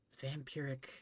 Vampiric